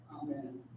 Amen